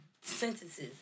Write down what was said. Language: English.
sentences